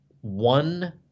one